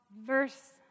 verse